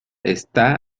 está